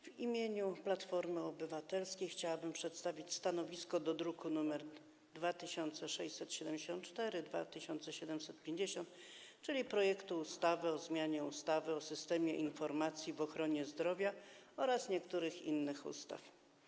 W imieniu Platformy Obywatelskiej chciałabym przedstawić stanowisko dotyczące druków nr 2674 i 2750, czyli projektu ustawy o zmianie ustawy o systemie informacji w ochronie zdrowia oraz niektórych innych ustaw.